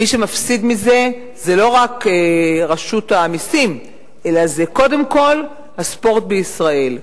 מי שמפסיד מזה זה לא רק רשות המסים אלא זה קודם כול הספורט בישראל,